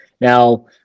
Now